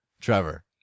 Trevor